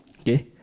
Okay